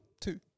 two